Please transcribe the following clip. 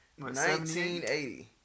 1980